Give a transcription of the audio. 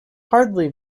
hardly